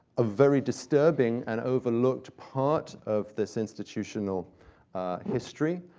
a very disturbing and overlooked part of this institutional history.